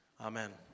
Amen